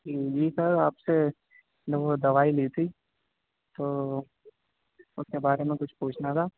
جی جی سر آپ سے وہ دوائی لی تھی تو اُس کے بارے میں کچھ پوچھنا تھا